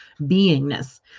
beingness